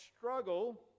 struggle